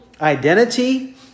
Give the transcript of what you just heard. identity